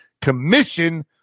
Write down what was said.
commission